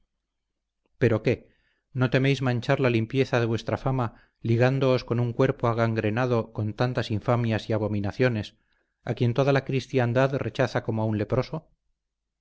pero qué no teméis manchar la limpieza de vuestra fama ligándoos con un cuerpo agangrenado con tantas infamias y abominaciones a quien toda la cristiandad rechaza como a un leproso